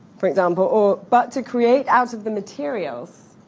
for example. or but to create out of the materials.